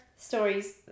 Stories